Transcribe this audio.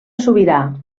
sobirà